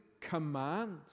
command